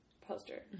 poster